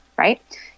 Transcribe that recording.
Right